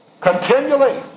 Continually